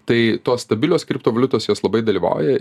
tai tos stabilios kriptovaliutos jos labai dalyvauja